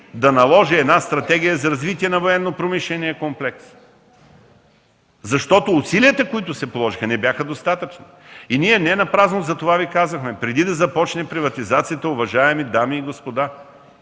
да наложи една стратегия за развитие на военно-промишления комплекс. Защото усилията, които се положиха, не бяха достатъчни. И ненапразно затова Ви казвахме: преди да започне приватизацията, уважаеми дами и господа,